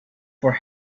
for